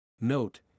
Note